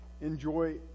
enjoy